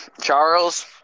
Charles